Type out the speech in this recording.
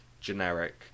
generic